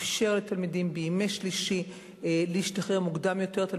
אפשר לתלמידים להשתחרר מוקדם יותר בימי שלישי,